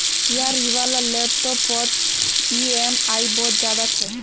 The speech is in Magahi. यार इलाबा लैपटॉप पोत ई ऍम आई बहुत ज्यादा छे